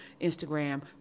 Instagram